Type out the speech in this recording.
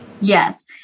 Yes